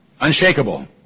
unshakable